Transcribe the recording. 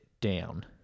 down